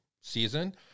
season